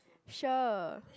sure